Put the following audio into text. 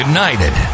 United